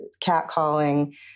catcalling